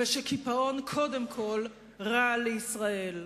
וקיפאון הוא קודם כול רע לישראל.